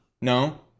No